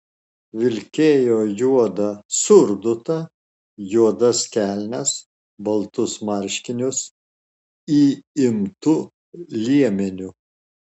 vilkėjo juodą surdutą juodas kelnes baltus marškinius įimtu liemeniu